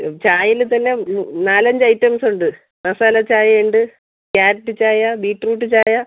ചായയില് തന്നെ നാലഞ്ച് ഐറ്റംസ് ഉണ്ട് മസാല ചായയുണ്ട് ക്യാരറ്റ് ചായ ബീറ്റ്റൂട്ട് ചായ